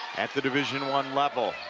at the division one level.